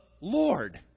Lord